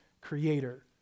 creator